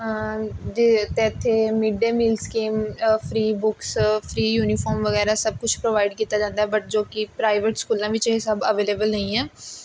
ਜੇ ਅਤੇ ਇੱਥੇ mid day meal scheme free books free uniform ਵਗੈਰਾ ਸਭ ਕੁਛ ਪ੍ਰੋਵਾਇਡ ਕੀਤਾ ਜਾਂਦਾ ਬਟ ਜੋ ਕਿ ਪ੍ਰਾਇਵੇਟ ਸਕੂਲਾਂ ਵਿੱਚ ਇਹ ਸਭ ਅਵੇਲੇਵਲ ਨਹੀਂ ਹੈ